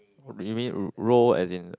you mean role as in